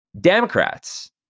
Democrats